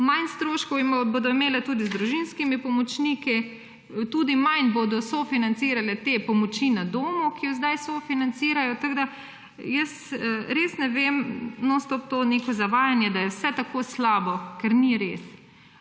Manj stroškov bodo imele tudi z družinskimi pomočniki, tudi manj bodo sofinancirale te pomoči na domu, ki jo sedaj sofinancirajo. Tako res ne vem, nonstop to neko zavajanje, da je vse tako slabo, ker ni res.